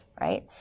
right